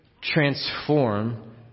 transform